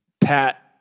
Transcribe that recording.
Pat